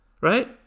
Right